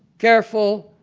careful,